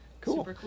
Cool